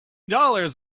dollars